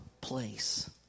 place